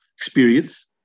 experience